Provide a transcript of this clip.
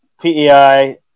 PEI